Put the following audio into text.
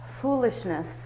foolishness